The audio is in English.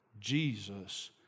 Jesus